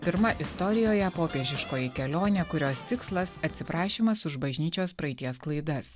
pirma istorijoje popiežiškoji kelionė kurios tikslas atsiprašymas už bažnyčios praeities klaidas